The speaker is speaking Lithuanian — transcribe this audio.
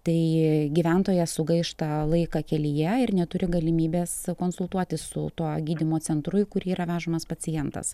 tai gyventojas sugaišta laiką kelyje ir neturi galimybės konsultuotis su tuo gydymo centru į kurį yra vežamas pacientas